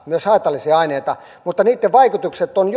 myös haitallisia aineita mutta niitten vaikutukset ovat